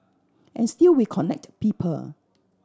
and still we connect people